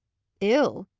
ill!